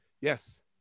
Yes